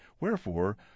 Wherefore